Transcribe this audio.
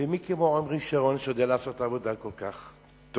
ומי כמו עמרי שרון שיודע לעשות את העבודה כל כך טוב?